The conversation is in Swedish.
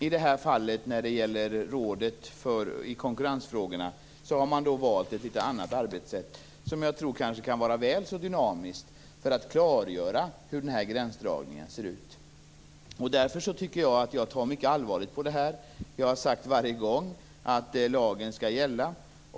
I det här fallet, när det gäller rådet för konkurrensfrågorna, har man valt ett litet annat arbetssätt som jag tror kan vara väl så dynamiskt för att klargöra hur den här gränsdragningen ser ut. Därför tycker jag att jag tar mycket allvarligt på detta. Jag har varje gång sagt att lagen skall gälla.